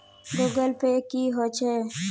Google Pay की होचे?